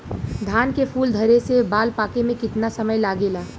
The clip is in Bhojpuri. धान के फूल धरे से बाल पाके में कितना समय लागेला?